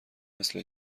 مثل